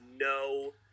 no –